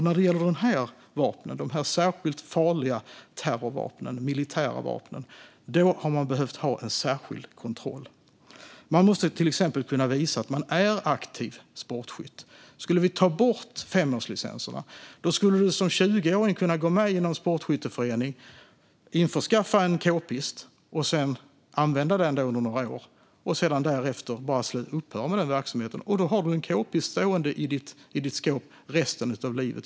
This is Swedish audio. När det gäller de här vapnen - de här särskilt farliga terrorvapnen och militära vapnen - har det behövts en särskild ha kontroll. Man måste till exempel kunna visa att man är aktiv sportskytt. Skulle vi ta bort femårslicenserna skulle man som 20-åring kunna gå med i en sportskytteförening, införskaffa en kpist, använda den under några år och därefter bara upphöra med den verksamheten. Då har man en kpist stående i sitt skåp resten av livet.